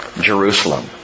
Jerusalem